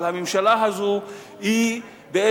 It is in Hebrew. אבל הממשלה הזאת בעצם,